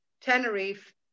Tenerife